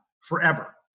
forever